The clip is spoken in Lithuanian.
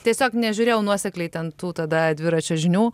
tiesiog nežiūrėjau nuosekliai ten tų tada dviračio žinių